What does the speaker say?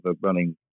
running